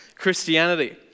Christianity